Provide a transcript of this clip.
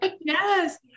Yes